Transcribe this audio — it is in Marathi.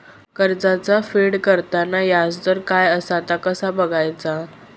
कर्जाचा फेड करताना याजदर काय असा ता कसा बगायचा?